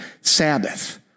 Sabbath